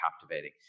captivating